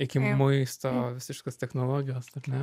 iki maisto visiškos technologijos ar ne